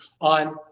on